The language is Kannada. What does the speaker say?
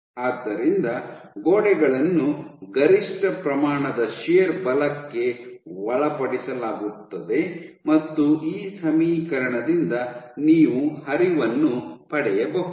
ಆದ್ದರಿಂದ ಗೋಡೆಗಳನ್ನು ಗರಿಷ್ಠ ಪ್ರಮಾಣದ ಶಿಯರ್ ಬಲಕ್ಕೆ ಒಳಪಡಿಸಲಾಗುತ್ತದೆ ಮತ್ತು ಈ ಸಮೀಕರಣದಿಂದ ನೀವು ಹರಿವನ್ನು ಪಡೆಯಬಹುದು